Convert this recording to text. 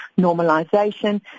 normalization